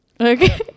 Okay